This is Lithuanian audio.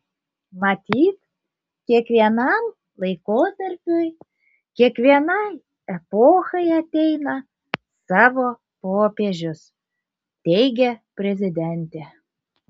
matyt kiekvienam laikotarpiui kiekvienai epochai ateina savo popiežius teigė prezidentė